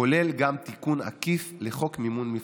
כולל גם תיקון עקיף לחוק מימון מפלגות.